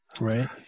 Right